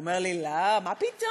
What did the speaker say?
הוא אומר לי: לא, מה פתאום?